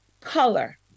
color